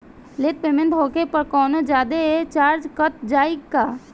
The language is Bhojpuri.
लेट पेमेंट होला पर कौनोजादे चार्ज कट जायी का?